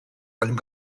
einem